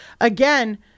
again